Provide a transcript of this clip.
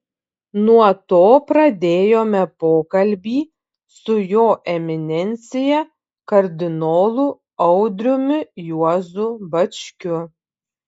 nuo to pradėjome pokalbį su jo eminencija kardinolu audriumi juozu bačkiu